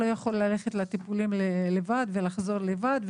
לא יכול ללכת לטיפולים לבד ולחזור לבד.